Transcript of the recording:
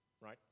right